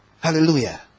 Hallelujah